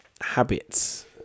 habits